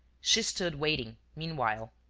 she stood waiting, meanwhile,